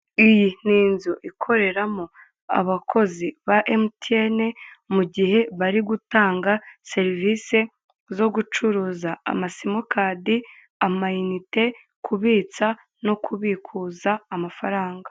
Iyi ni inzu ikoreramo abakozi ba emutiyeni mu gihe bari gutanga serivise zo gucuruza amasimukadi, amayinite, kubitsa no kubikuza amafaranga.